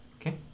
Okay